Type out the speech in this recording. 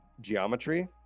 geometry